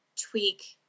tweak